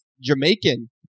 Jamaican